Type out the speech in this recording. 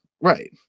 Right